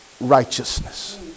righteousness